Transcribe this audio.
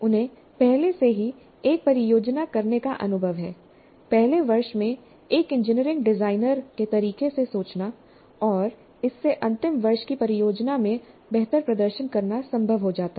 उन्हें पहले से ही एक परियोजना करने का अनुभव है पहले वर्ष में एक इंजीनियरिंग डिजाइनर के तरीके से सोचना और इससे अंतिम वर्ष की परियोजना में बेहतर प्रदर्शन करना संभव हो जाता है